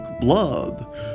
blood